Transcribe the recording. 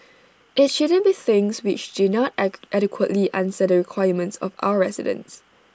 IT shouldn't be things which do not egg adequately answer the requirements of our residents